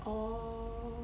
oh